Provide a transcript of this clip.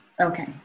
Okay